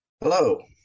Hello